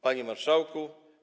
Panie Marszałku!